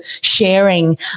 sharing